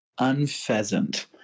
Unpheasant